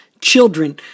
children